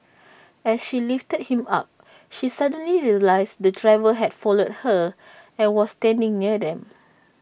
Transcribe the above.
as she lifted him up she suddenly realised the driver had followed her and was standing near them